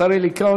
השר אלי כהן,